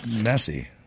messy